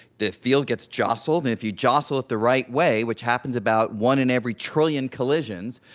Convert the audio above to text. the field gets jostled, and if you jostle it the right way, which happens about one in every trillion collisions,